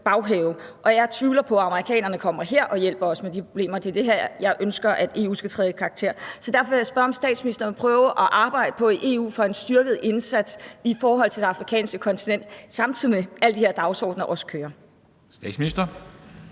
baghave. Jeg tvivler på, at amerikanerne kommer her og hjælper os med de problemer, og det er her, jeg ønsker at EU skal træde i karakter. Så derfor vil jeg spørge, om statsministeren i EU vil prøve at arbejde for en styrket indsats i forhold til det afrikanske kontinent, samtidig med at alle de her dagsordener også kører. Kl.